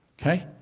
Okay